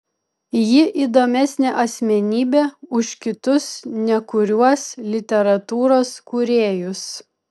ji įdomesnė asmenybė už kitus nekuriuos literatūros kūrėjus